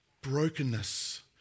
brokenness